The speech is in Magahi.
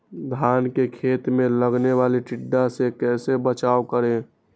धान के खेत मे लगने वाले टिड्डा से कैसे बचाओ करें?